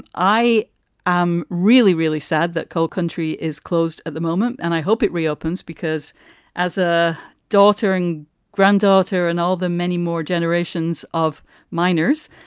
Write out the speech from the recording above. i um really, really sad that cold country is closed at the moment. and i hope it reopens because as a daughter and granddaughter and all the many more generations of miners,